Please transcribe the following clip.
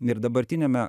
ir dabartiniame